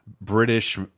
British